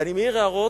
אני מעיר הערות,